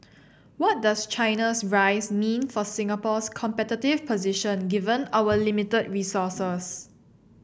what does China's rise mean for Singapore's competitive position given our limited resources